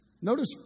Notice